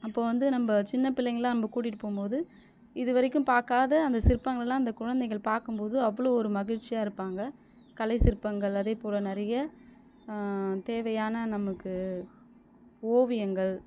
அப்போது வந்து நம்ம சின்ன பிள்ளைங்களா நம்ம கூட்டிகிட்டு போகும் போது இது வரைக்கும் பார்க்காத அந்த சிற்பங்களெலாம் அந்த குழந்தைகள் பார்க்கும் போது அவ்வளோ ஒரு மகிழ்ச்சியாக இருப்பாங்க கலை சிற்பங்கள் அதே போல் நிறைய தேவையான நமக்கு ஓவியங்கள்